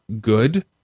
good